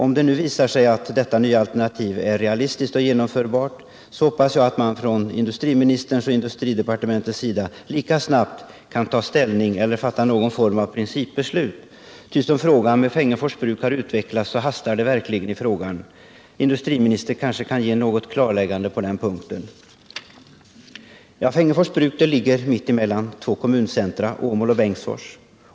Om det nu visar sig att detta nya alternativ är realistiskt och genomförbart, hoppas jag att industriministern och industridepartementet lika snabbt kan ta ställning eller fatta någon form av principbeslut. Ty som utvecklingen vid Fengersfors Bruk har gestaltat sig hastar det verkligen i frågan. Industriministern kanske kan lämna något klarläggande på den punkten. Fengersfors ligger mitt emellan två kommuncentra, Åmål och Bengtsfors.